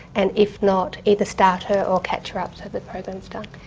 and if not, either start her or catch her up, so the program's done.